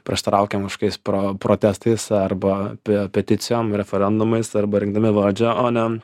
prieštaraukim kažkokiais pro protestais arba peticijom referendumais arba rinkdami valdžią o ne